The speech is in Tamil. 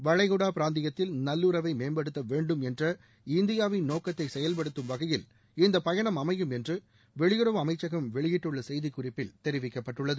வளைகுடா பிராந்தியத்தில் நல்லுறவை மேம்படுத்த வேண்டும் என்ற இந்தியாவின் நோக்கத்தை செயல்படுத்தும் வகையில் இந்த பயணம் அமையும் என்று வெளியுறவு அமைச்சகம் வெளியிட்டுள்ள செய்திக்குறிப்பில் தெரிவிக்கப்பட்டுள்ளது